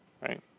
right